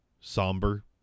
somber